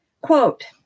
Quote